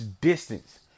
distance